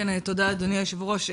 תודה אדוני היושב ראש.